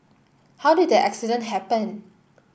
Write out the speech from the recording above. how did the accident happen